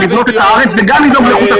לבנות את הארץ וגם לדאוג לאיכות הסביבה.